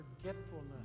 forgetfulness